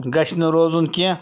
گژھِ نہٕ روزُن کیٚنٛہہ